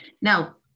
Now